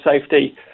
safety